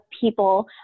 people